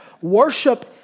Worship